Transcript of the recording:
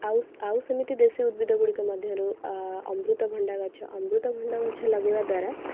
ଆଉ ଆଉ ସେମିତି ଦେଶୀ ଉଦ୍ଭିଦ ଗୁଡ଼ିକ ମଧ୍ୟରୁ ଆ ଅମୃତଭଣ୍ଡା ଗଛ ଅମୃତଭଣ୍ଡା ଗଛ ଲଗେଇବା ଦ୍ଵାରା